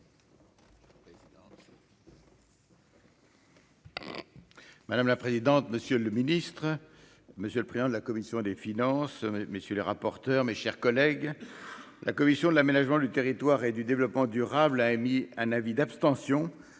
Madame la présidente, monsieur le ministre, monsieur le président de la commission des finances, messieurs les rapporteurs, mes chers collègues, la commission de l'aménagement du territoire et du développement durable, a émis un avis d'abstention